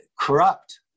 corrupt